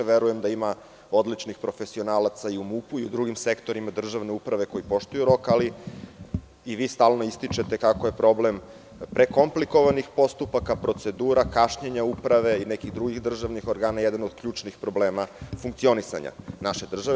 Verujem da ima odličnih profesionalaca i u MUP i u drugim sektorima državne uprave koji poštuju rok, ali i vi stalno ističete kako je problem prekomplikovanih postupaka, procedura, kašnjenja uprave i nekih drugih državnih organa jedan od ključnih problema funkcionisanja naše države.